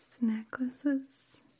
necklaces